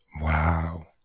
Wow